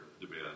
debate